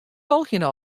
folgjende